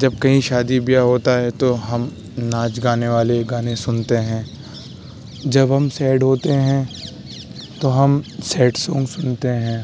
جب کہیں شادی بیاہ ہوتا ہے تو ہم ناچ گانے والے گانے سنتے ہیں جب ہم سیڈ ہوتے ہیں تو ہم سیڈ سانگ سنتے ہیں